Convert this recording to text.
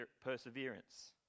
perseverance